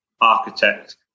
architect